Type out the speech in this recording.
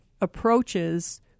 approaches